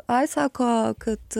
ai sako kad